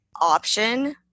option